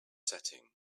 setting